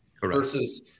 versus